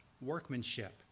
workmanship